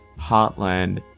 Heartland